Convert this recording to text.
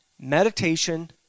meditation